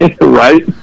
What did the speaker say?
Right